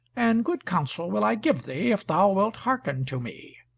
and good counsel will i give thee, if thou wilt hearken to me